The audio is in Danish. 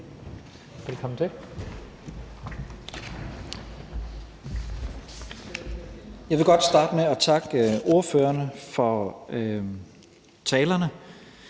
Jeg vil godt starte med at takke ordførerne for talerne,